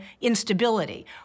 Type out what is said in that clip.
instability